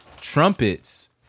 trumpets